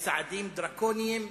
צעדים דרקוניים.